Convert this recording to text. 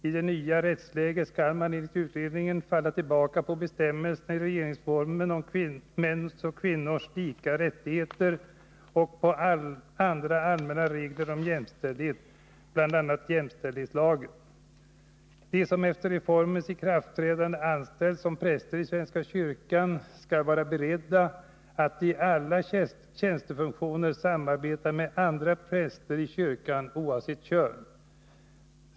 I det nya rättsläget skall man enligt utredningen falla tillbaka på bestämmelserna i regeringformen om mäns och kvinnors lika rättigheter och på andra allmänna regler om jämställdhet, bl.a. jämställdhetslagen. De som efter reformens ikraftträdande anställs som präster i svenska kyrkan skall vara beredda att i alla tjänstefunktioner samarbeta med andra präster i kyrkan oavsett kön.